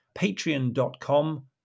patreon.com